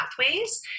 pathways